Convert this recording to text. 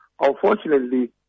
Unfortunately